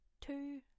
two